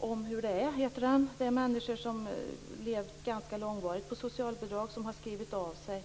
av människor som under ganska lång tid har levt på socialbidrag och som har skrivit av sig.